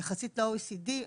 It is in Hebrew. ביחס ל-OECD,